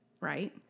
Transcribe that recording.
right